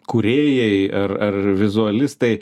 kūrėjai ar ar vizualistai